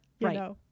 Right